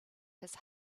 his